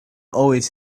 always